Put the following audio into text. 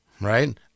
Right